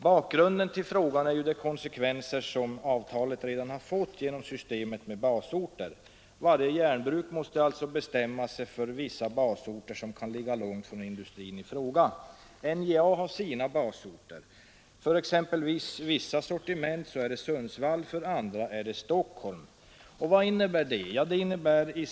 Bakgrunden till frågan är de konsekvenser avtalet redan har fått genom systemet med basorter. Varje järnbruk måste bestämma sig för vissa basorter som kan ligga långt från industrin i fråga. NJA har sina basorter. För exempelvis vissa sortiment är det Sundsvall, för andra är det Stockholm. Vad innebär det i sin tur?